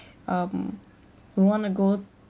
um want to go